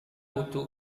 butuh